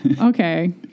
Okay